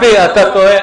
אתה טועה.